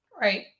Right